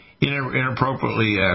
inappropriately